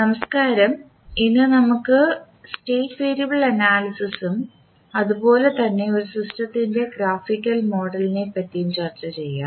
നമസ്കാരം ഇന്ന് നമുക്ക് സ്റ്റേറ്റ് വേരിയബിൾ അനാലിസിസ്സും അതുപോലെതന്നെ ഒരു സിസ്റ്റത്തിൻറെ ഗ്രാഫിക്കൽ മോഡലിനെ പറ്റിയും ചർച്ച ചെയ്യാം